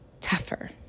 tougher